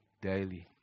daily